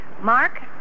Mark